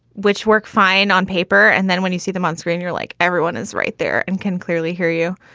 which worked fine on paper. and then when you see them onscreen, you're like, everyone is right there and can clearly hear you.